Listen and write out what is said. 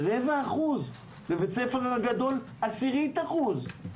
רבע אחוז, בבית ספר גדול זה עשירית אחוז.